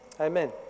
Amen